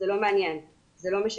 זה לא מעניין, זה לא משנה.